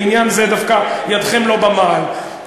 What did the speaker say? בעניין זה דווקא ידכם לא במעל.